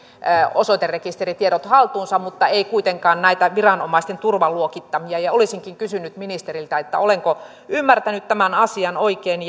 osoiterekisteritiedot haltuunsa mutta ei kuitenkaan näitä viranomaisten turvaluokittamia olisinkin kysynyt ministeriltä olenko ymmärtänyt tämän asian oikein